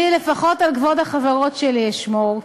אני, לפחות על כבוד החברות שלי אשמור.